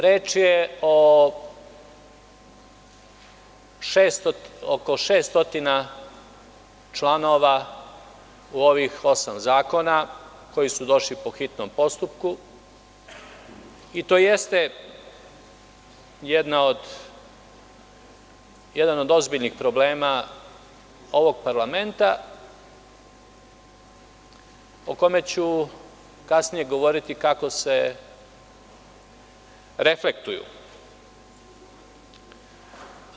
Reč je o oko 600 članova u ovih osam zakona koji su došli po hitnom postupku i to jeste jedan od ozbiljnih problema ovog parlamenta, o kome ću kasnije govoriti kako se reflektuju.